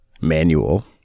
manual